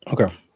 Okay